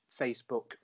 Facebook